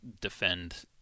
defend